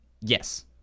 Yes